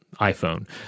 iPhone